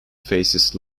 faces